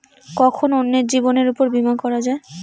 কখন অন্যের জীবনের উপর বীমা করা যায়?